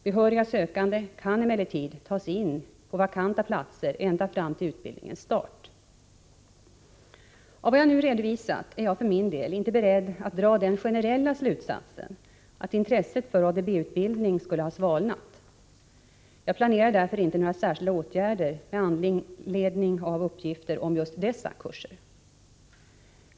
Behöriga sökande kan emellertid tas in på vakanta platser ända fram till Av vad jag nu har redovisat är jag för min del inte beredd att dra den generella slutsatsen att intresset för ADB-utbildning skulle ha svalnat. Jag planerar därför inte några särskilda åtgärder med anledning av uppgifterna om just dessa kurser.